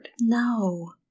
No